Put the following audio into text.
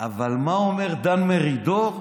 אבל מה אומר דן מרידור?